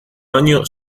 año